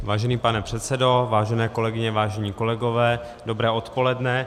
Vážený pane předsedo, vážené kolegyně, vážení kolegové, dobré odpoledne.